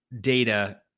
data